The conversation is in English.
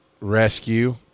Rescue